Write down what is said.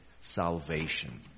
salvation